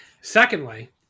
Secondly